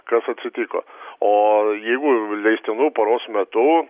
kas atsitiko o jeigu leistinu paros metu